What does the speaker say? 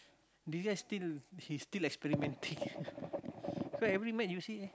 do you guys still he's still like experimenting so every match you see